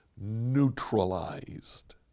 neutralized